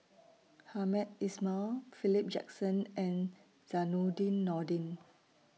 Hamed Ismail Philip Jackson and Zainudin Nordin